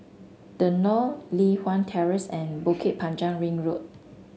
The Knolls Li Hwan Terrace and Bukit Panjang Ring Road